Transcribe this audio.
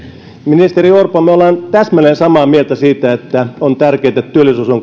ministeri orpo me olemme täsmälleen samaa mieltä siitä että on tärkeätä että työllisyys on